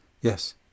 yes